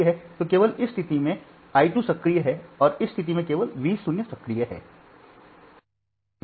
तो केवल इस स्थिति में I 2 सक्रिय है और इस स्थिति में केवल V 0 सक्रिय है